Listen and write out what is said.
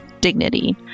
dignity